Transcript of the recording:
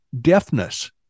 deafness